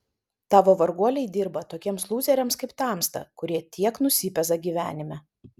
tavo varguoliai dirba tokiems lūzeriams kaip tamsta kurie tiek nusipeza gyvenime